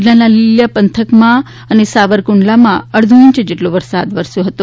જિલ્લાના લીલીયા પંથક પણ અને સાવરકુંડલામાં પણ અડધો ઈંચ જેટલો વરસાદ વરસ્યો હતો